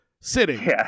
Sitting